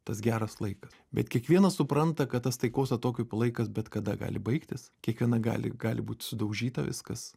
tas geras laikas bet kiekvienas supranta kad tas taikos atokvėpio laikas bet kada gali baigtis kiekviena gali gali būt sudaužyta viskas